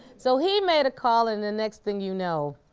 so he made a call and the next thing you know,